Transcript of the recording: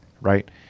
right